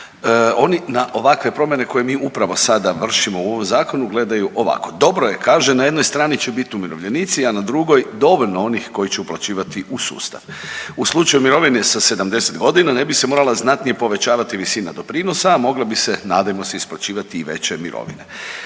Oni na ovakve promjene koje mi upravo sada vršimo u ovom zakonu gledaju ovako. Dobro je kaže na jednoj strani će bit umirovljenici, a na drugoj dovoljno onih koji će uplaćivati u sustav. U slučaju mirovine sa 70.g. ne bi se morala znatnije povećavati visina doprinosa, a mogla bi se, nadajmo se isplaćivati i veće mirovine.